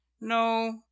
no